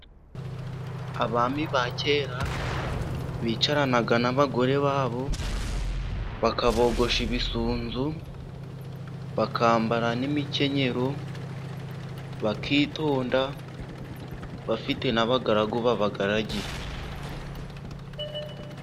Abami ba kera bicaranaga n'abagore babo bakabogosha ibisunzu bakambara n'imikenyero bakitonda bafite n'abagaragu babagaragiye.